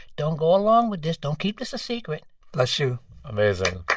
don't go along with this. don't keep this a secret bless you amazing